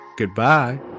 Goodbye